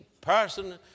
person